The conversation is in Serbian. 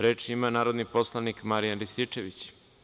Reč ima narodni poslanik Marijan Rističević.